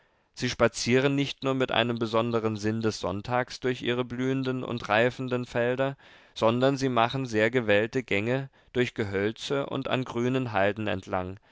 sie spazieren nicht nur mit einem besonderen sinn des sonntags durch ihre blühenden und reifenden felder sondern sie machen sehr gewählte gänge durch gehölze und an grünen halden entlang